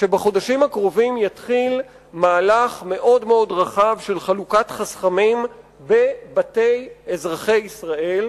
שבחודשים הקרובים יתחיל מהלך רחב של חלוקת חסכמים בבתי אזרחי ישראל,